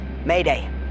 Mayday